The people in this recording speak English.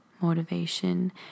motivation